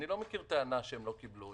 אני לא מכיר טענה שהם לא קיבלו.